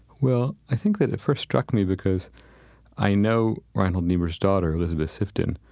well, i think that it first struck me because i know reinhold niebuhr's daughter, elisabeth sifton.